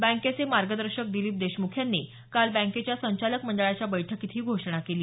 बँकेचे मार्गदर्शक दिलीप देशमुख यांनी काल बँकेच्या संचालक मंडळाच्या बैठकीत ही घोषणा केली